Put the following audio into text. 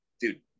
Dude